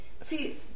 See